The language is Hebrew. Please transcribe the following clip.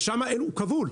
ושם הוא כבול.